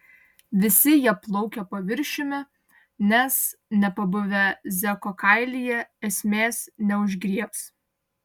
visi jie plaukia paviršiumi nes nepabuvę zeko kailyje esmės neužgriebs